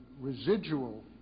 residual